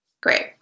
Great